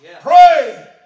Pray